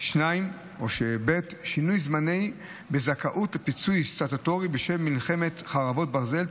2. שינוי זמנים וזכאות לפיצוי סטטוטורי בשל מלחמת חרבות ברזל,